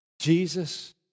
Jesus